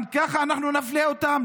גם ככה אנחנו נפלה אותם?